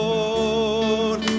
Lord